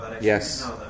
Yes